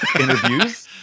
Interviews